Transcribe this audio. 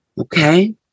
Okay